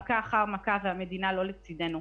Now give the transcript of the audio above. מכה אחר מכה והמדינה לא לצדנו.